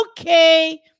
Okay